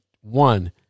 one